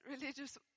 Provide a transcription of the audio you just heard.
religious